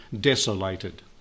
desolated